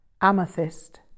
amethyst